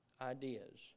ideas